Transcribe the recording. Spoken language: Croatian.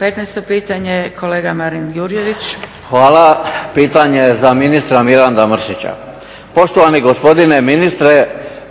**Jurjević, Marin (SDP)** Hvala. Pitanje je za ministra Miranda Mrsića. Poštovani gospodine ministre,